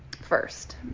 first